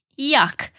Yuck